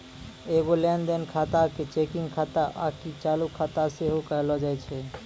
एगो लेन देन खाता के चेकिंग खाता आकि चालू खाता सेहो कहलो जाय छै